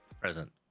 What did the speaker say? present